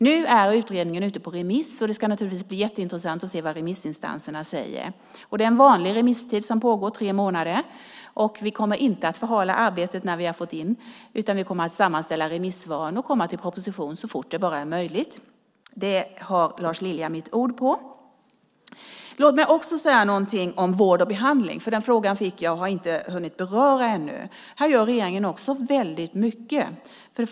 Nu är utredningen ute på remiss, och det ska naturligtvis bli jätteintressant att se vad remissinstanserna säger. Det är en vanlig remisstid, tre månader. Vi kommer inte att förhala arbetet när vi har fått in remissvaren, utan vi kommer att sammanställa dem och komma med en proposition så fort det bara är möjligt. Det har Lars Lilja mitt ord på. Låt mig också säga någonting om vård och behandling, för den frågan fick jag men har inte hunnit beröra ännu. Här gör regeringen också väldigt mycket.